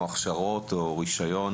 על הכשרות או על רישיון,